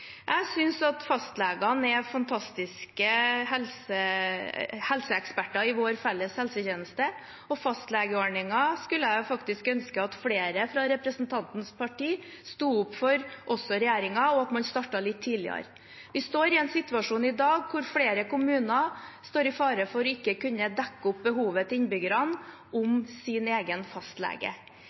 Jeg synes at fastlegene er fantastiske helseeksperter i vår felles helsetjeneste, og fastlegeordningen skulle jeg faktisk ønske at flere fra representantens parti sto opp for, også i regjeringen, og at man startet litt tidligere. Vi er i en situasjon i dag hvor flere kommuner står i fare for ikke å kunne dekke opp behovet til innbyggerne om en egen fastlege.